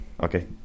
okay